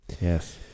Yes